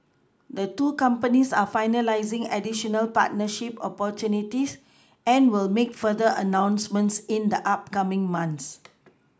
the two companies are finalising additional partnership opportunities and will make further announcements in the upcoming months